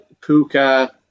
Puka